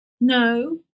No